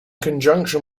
conjunction